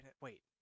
wait